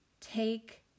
Take